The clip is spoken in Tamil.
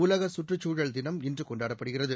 உலக சுற்றுச் சூழல் தினம் இன்று கொண்டாடப்படுகிறது